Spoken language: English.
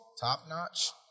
top-notch